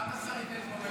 רוטמן, כמה שרים יש בממשלה?